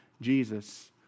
Jesus